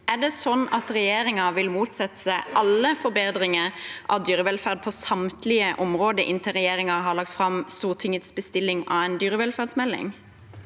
Er det sånn at regjeringen vil motsette seg alle forbedringer av dyrevelferd, på samtlige områder, inntil regjeringen har lagt fram Stortingets bestilling av en dyrevelferdsmelding?